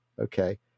Okay